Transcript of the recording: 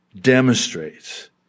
demonstrates